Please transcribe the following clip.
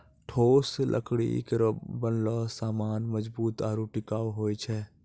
ठोस लकड़ी केरो बनलो सामान मजबूत आरु टिकाऊ होय छै